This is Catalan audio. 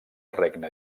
regne